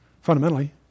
Fundamentally